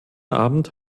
abend